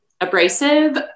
abrasive